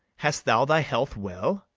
hast thou thy health well?